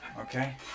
Okay